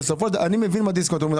מבין מה דיסקונט אומר.